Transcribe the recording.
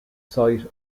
site